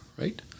right